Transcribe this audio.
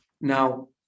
Now